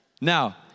Now